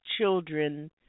children